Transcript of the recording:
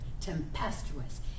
tempestuous